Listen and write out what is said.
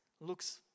looks